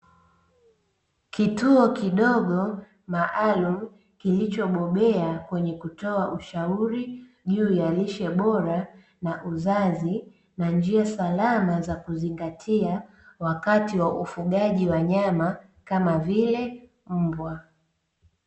Kituo kidogo maalumu kilichobobea kwenye kutoa ushauri juu ya lishe bora na uzazi na njia salama za kuzingatia wakati wa ufugaji wanyama kama vile mbwa.